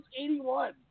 81